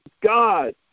God